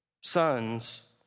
sons